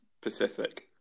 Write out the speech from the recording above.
Pacific